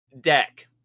Deck